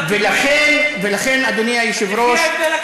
אבל אין תקן.